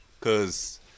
Cause